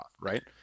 right